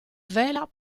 vela